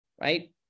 right